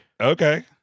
okay